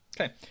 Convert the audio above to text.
Okay